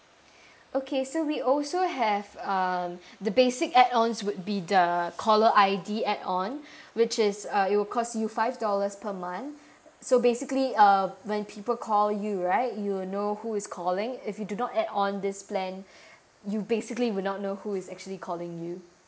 okay so we also have um the basic add ons would be the caller I_D add on which is uh it'll cost you five dollars per month so basically uh when people call you right you'll know who is calling if you do not add on this plan you basically would not know who is actually calling you